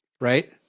right